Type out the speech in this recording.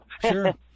Sure